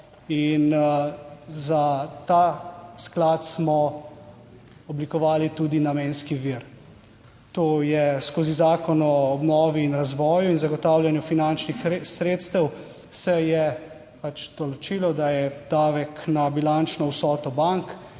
in za ta sklad smo oblikovali tudi namenski vir, to je, skozi Zakon o obnovi in razvoju in zagotavljanju finančnih sredstev se je pač določilo, da je davek na bilančno vsoto bank,